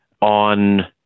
on